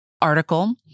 article